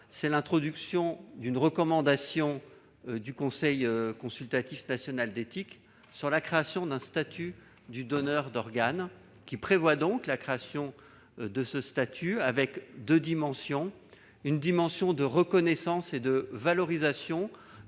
à la traduction d'une recommandation du Comité consultatif national d'éthique sur la création d'un statut du donneur d'organes. Il prévoit donc la création de ce statut, avec deux dimensions. Il s'agit d'abord de reconnaître et de valoriser